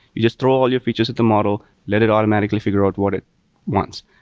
you just throw all your features at the model, let it automatically figure out what it wants.